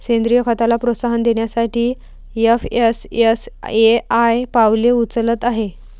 सेंद्रीय खताला प्रोत्साहन देण्यासाठी एफ.एस.एस.ए.आय पावले उचलत आहे